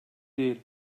değil